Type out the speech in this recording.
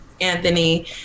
Anthony